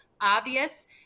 obvious